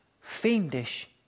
fiendish